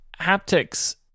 haptics